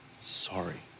sorry